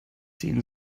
sehen